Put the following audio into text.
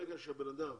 ברגע שבן אדם